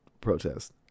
protest